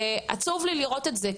עצוב לי לראות את זה,